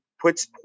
puts